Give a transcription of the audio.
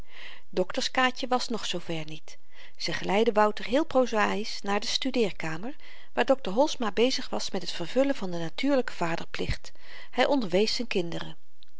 schryven dokters kaatje was nog zoo ver niet ze geleidde wouter heel prozaïsch naar de studeerkamer waar dokter holsma bezig was met het vervullen van den natuurlyken vaderplicht hy onderwees z'n kinderen